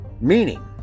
meaning